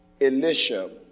Elisha